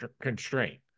constraint